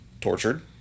tortured